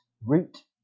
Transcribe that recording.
Root